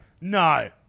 no